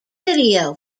video